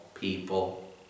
people